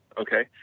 Okay